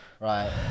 Right